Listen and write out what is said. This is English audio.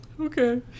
Okay